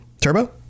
turbo